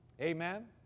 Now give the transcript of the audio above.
Amen